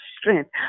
strength